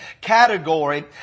category